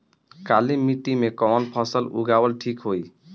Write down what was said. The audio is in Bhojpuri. काली मिट्टी में कवन फसल उगावल ठीक होई?